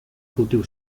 cultiu